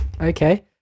Okay